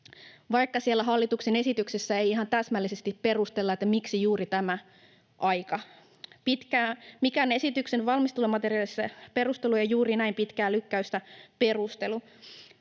siellä hallituksen esityksessä ei ihan täsmällisesti perustella, miksi juuri tämä aika. Mikään esityksen valmistelumateriaalissa ei juuri näin pitkää lykkäystä perustellut.